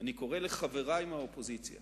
אני קורא לחברי מהאופוזיציה